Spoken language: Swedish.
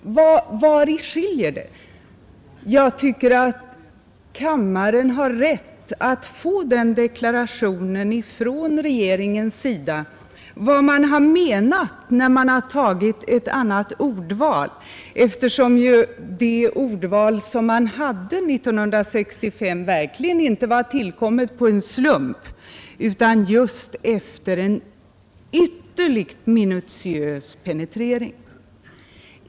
Jag tycker att kammaren har rätt att få en deklaration från regeringens sida om vad den menat när den gjort ett annat ordval, eftersom det ordval som man hade 1965 verkligen inte tillkommit på en slump utan just efter en ytterligt minutiös penetrering.